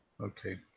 Okay